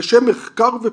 'לשם מחקר ופרסום.